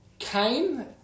Cain